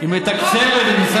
היא, זה דמגוגיה.